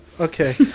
okay